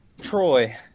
Troy